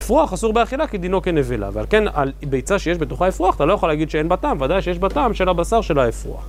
אפרוח אסור באכילה כי דינו כנבלה, ועל כן על ביצה שיש בתוכה אפרוח, אתה לא יכול להגיד שאין בה טעם, ודאי שיש בה טעם של הבשר של האפרוח.